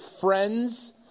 friends